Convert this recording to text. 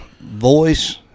voice